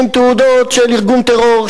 עם תעודות של ארגון טרור,